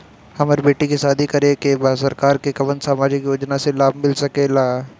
हमर बेटी के शादी करे के बा सरकार के कवन सामाजिक योजना से लाभ मिल सके ला?